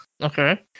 Okay